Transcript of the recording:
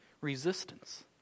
resistance